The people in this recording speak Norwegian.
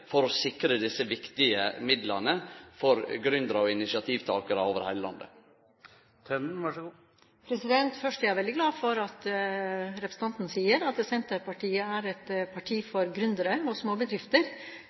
for å sikre desse viktige midlane for gründerar og initiativtakarar over heile landet? Først er jeg veldig glad for at representanten sier at Senterpartiet er et parti